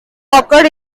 occur